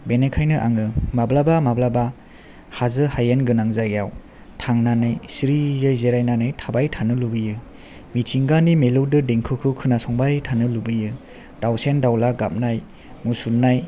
बेनिखायनो आङो माब्लाबा माब्लाबा हाजो हायेन गोनां जायगायाव थांनानै सिरियै जिरायनानै थाबाय थानो लुबैयो मिथिंगानि मिलौदो देंखोखौ खोना संबाय थानो लुबैयो दावसिन दावला गाबनाय मुसुरनाय